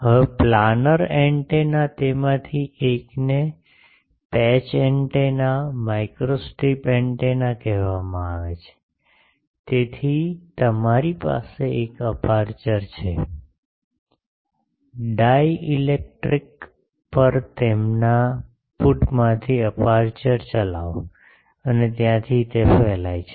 હવે planar antenna તેમાંથી એકને પેચ એન્ટેના માઇક્રોસ્ટ્રિપ એન્ટેના કહેવામાં આવે છે તેથી તમારી પાસે એક અપેરચ્યોર છે ડાઇલેક્ટ્રિક્સ પર તેમના પુટમાંથી અપેરચ્યોર ચલાવો અને ત્યાંથી તે ફેલાય છે